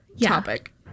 topic